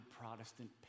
Protestant